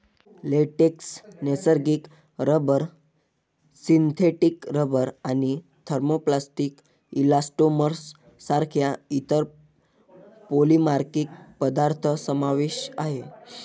latex, नैसर्गिक rubber, synthetic rubber आणि thermoplastic elastomers सारख्या इतर पॉलिमरिक पदार्थ समावेश आहे